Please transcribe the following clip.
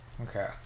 Okay